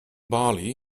bali